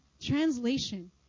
Translation